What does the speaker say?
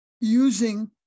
using